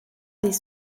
les